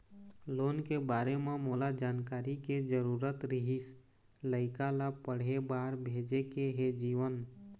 loan के बारे म मोला जानकारी के जरूरत रीहिस, लइका ला पढ़े बार भेजे के हे जीवन